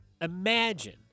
imagine